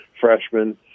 freshmen